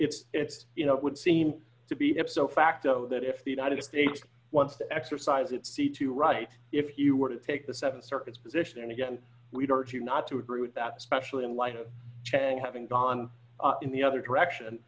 if you know it would seem to be ipso facto that if the united states wants to exercise its c t right if you were to take the seven circuits position and again we don't you're not to agree with that specially in light of having gone in the other direction